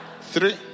three